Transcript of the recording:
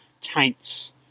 Taints